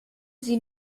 sie